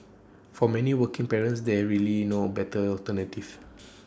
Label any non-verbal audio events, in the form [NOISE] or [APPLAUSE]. for many working parents there's really no A better alternative [NOISE]